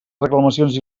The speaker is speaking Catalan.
reclamacions